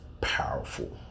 powerful